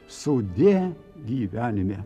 sudie gyvenime